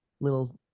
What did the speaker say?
little